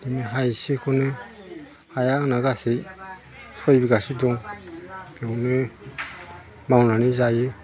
बिदिनो हा एसेखौनो हाया आंना गासै सय बिगासो दं बेवनो मावनानै जायो